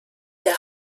der